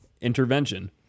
Intervention